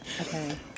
Okay